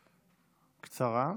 קצרה.